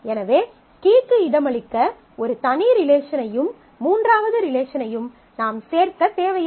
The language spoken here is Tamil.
எனவே கீக்கு இடமளிக்க ஒரு தனி ரிலேஷனையும் மூன்றாவது ரிலேஷனையும் நாம் சேர்க்க தேவையில்லை